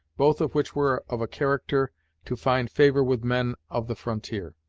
both of which were of a character to find favor with men of the frontier.